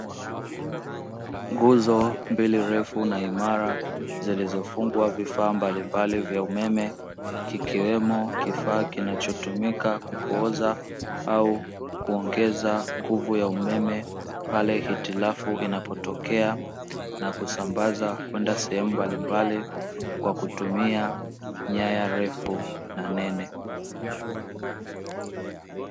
Nguzo mbili refu na imara zilizofungwa vifaa mbalimbali vya umeme, kikiwemo kifaa kinachotumika kupooza au kuongeza nguvu ya umeme pale hitilafu inapotokea na kusambaza kwenda sehemu mbalimbali kwa kutumia nyaya refu na nene.